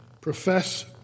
profess